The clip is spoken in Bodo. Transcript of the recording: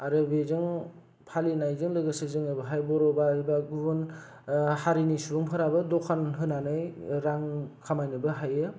आरो बेजों फालिनायजों लोगोसे जों बेहाय बर' एबा गुबुन हारिनि सुबुंफोराबो दखान होनानै रां खामायनोबो हायो